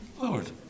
Lord